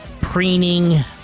preening